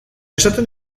esaten